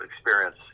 experience